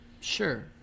sure